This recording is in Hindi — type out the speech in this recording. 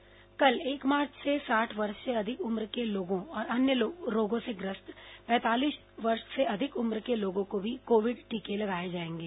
कोरोना टीकाकरण कल एक मार्च से साठ वर्ष से अधिक उम्र के लोगों और अन्य रोगों से ग्रस्त पैंतालीस वर्ष से अधिक उम्र के लोगों को भी कोविड टीके लगाए जाएंगे